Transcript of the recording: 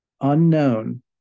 unknown